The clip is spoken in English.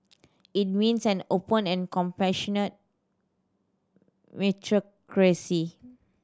it means an open and compassionate meritocracy